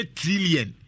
trillion